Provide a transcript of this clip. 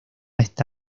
está